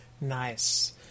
Nice